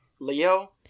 Leo